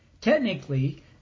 Technically